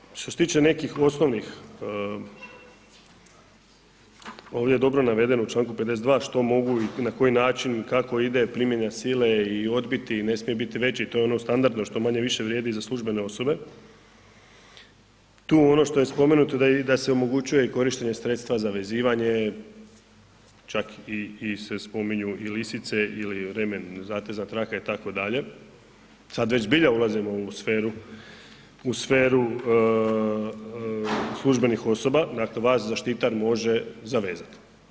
Nadalje, što se tiče nekih osnovnih, ovdje je dobro navedeno u čl. 52. što mogu i na koji način i kako ide primjena sile i odbiti i ne smije biti veći, to je ono standardno što manje-više vrijedi za službene osobe, tu ono što je spomenuto da se omogućuje i korištenje sredstva za vezivanje, čak i, i se spominju i lisice ili remen, zatezna traka itd., sad već zbilja ulazimo u sferu, u sferu službenih osoba, dakle vas zaštitar može zavezati.